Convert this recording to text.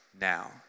Now